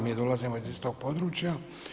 Mi dolazimo iz istog područja.